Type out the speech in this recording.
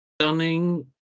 Stunning